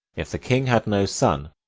if the king had no son,